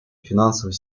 финансовой